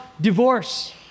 divorce